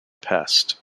pest